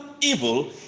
evil